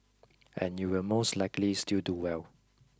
and you will most likely still do well